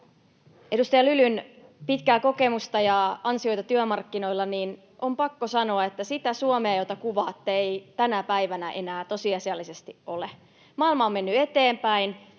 edustaja Lylyn pitkää kokemusta ja ansioita työmarkkinoilla, on pakko sanoa, että sitä Suomea, jota kuvaatte, ei tänä päivänä enää tosiasiallisesti ole. Maailma on mennyt eteenpäin,